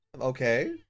Okay